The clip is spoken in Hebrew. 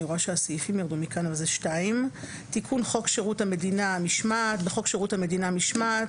ההחלטה." תיקון חוק שירות המדינה (משמעת) 2. בחוק שירות המדינה (משמעת),